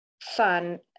fun